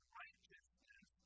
righteousness